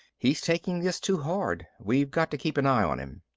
he's taking this too hard. we got to keep an eye on him.